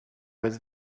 was